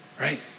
right